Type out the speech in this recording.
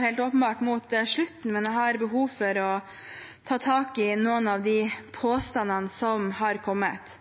helt åpenbart mot slutten, men jeg har behov for å ta tak i noen av de påstandene som har kommet.